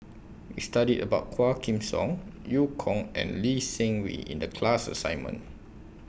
We studied about Quah Kim Song EU Kong and Lee Seng Wee in The class assignment